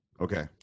okay